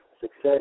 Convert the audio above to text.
success